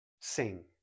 sing